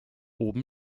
oben